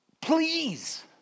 please